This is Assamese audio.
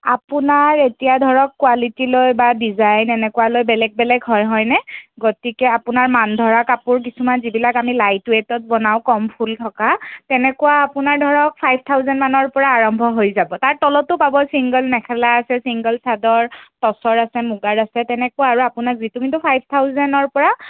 আপোনাৰ এতিয়া ধৰক কোৱালিটি লৈ বা ডিজাইন এনেকুৱা লৈ বেলেগ বেলেগ হয় হয়নে গতিকে আপোনাৰ মান ধৰা কাপোৰ কিছুমান যিবিলাক আমি লাইট ৱেটত বনাওঁ কম ফুল থকা তেনেকুৱা আপোনাৰ ধৰক ফাইভ থাউজেণ্ডমানৰপৰা আৰম্ভ হৈ যাব তাৰ তলতো পাব চিংগল মেখেলা আছে চিংগল চাদৰ টচৰ আছে মুগাৰ আছে তেনেকুৱা আৰু আপোনাৰ যিটো কিন্তু ফাইভ থাউজেণ্নৰপৰা